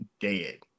Dead